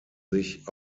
sich